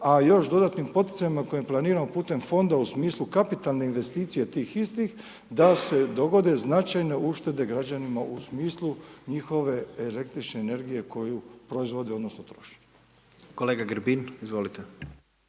a još dodatnim poticajem na kojem planiramo putem fonda u smislu kapitalne investicije tih istih da se dogode značajne uštede građanima u smislu njihove električne energije koju proizvode odnosno troše. **Jandroković,